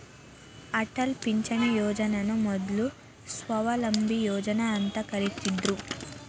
ಅಟಲ್ ಪಿಂಚಣಿ ಯೋಜನನ ಮೊದ್ಲು ಸ್ವಾವಲಂಬಿ ಯೋಜನಾ ಅಂತ ಕರಿತ್ತಿದ್ರು